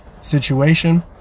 situation